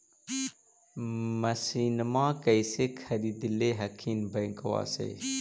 मसिनमा कैसे खरीदे हखिन बैंकबा से?